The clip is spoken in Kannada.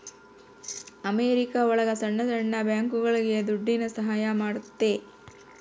ಅಮೆರಿಕ ಒಳಗ ಸಣ್ಣ ಸಣ್ಣ ಬ್ಯಾಂಕ್ಗಳುಗೆ ದುಡ್ಡಿನ ಸಹಾಯ ಮಾಡುತ್ತೆ